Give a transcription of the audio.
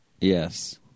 Yes